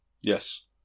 Yes